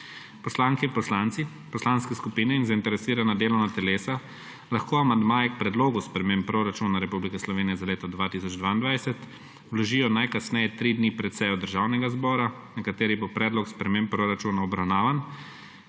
Poslanke in poslanci, poslanske skupine in zainteresirana delovna telesa lahko amandmaje k Predlogu sprememb Proračuna Republike Slovenije za leto 2022 vložijo najkasneje tri dni pred sejo Državnega zbora, na kateri bo predlog sprememb proračuna obravnavan,